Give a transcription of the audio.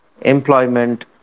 employment